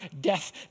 death